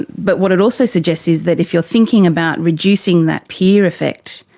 and but what it also suggests is that if you are thinking about reducing that peer effect,